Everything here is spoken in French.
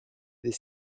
des